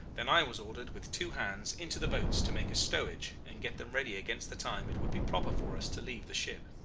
then i was ordered with two hands into the boats to make a stowage and get them ready against the time it would be proper for us to leave the ship.